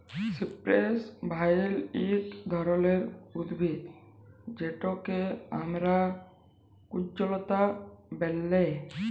cypress vine ইক ধরলের উদ্ভিদ যেটকে আমরা কুল্জলতা ব্যলে